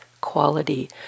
quality